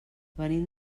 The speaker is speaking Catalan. venim